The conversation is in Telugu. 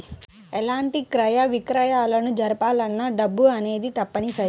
ఎలాంటి క్రయ విక్రయాలను జరపాలన్నా డబ్బు అనేది తప్పనిసరి